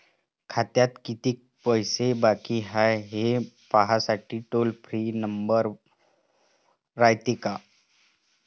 खात्यात कितीक पैसे बाकी हाय, हे पाहासाठी टोल फ्री नंबर रायते का?